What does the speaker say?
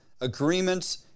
agreements